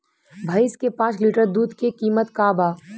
भईस के पांच लीटर दुध के कीमत का बा?